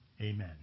Amen